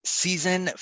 season